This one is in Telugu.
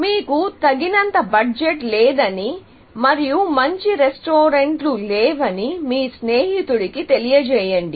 మీకు తగినంత బడ్జెట్ లేదని మరియు మంచి రెస్టారెంట్లు లేవని మీ స్నేహితుడికి తెలియజేయండి